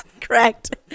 correct